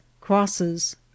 crosses